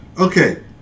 Okay